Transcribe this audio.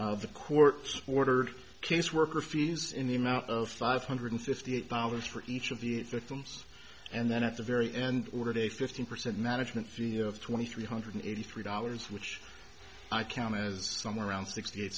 up the court ordered caseworker fees in the amount of five hundred fifty eight dollars for each of the victims and then at the very end ordered a fifteen percent management fee of twenty three hundred eighty three dollars which i counted as somewhere around sixty eight